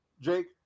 Jake